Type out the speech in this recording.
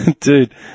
Dude